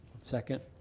second